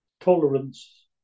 tolerance